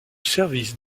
service